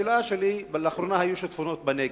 לאחרונה היו שיטפונות בנגב.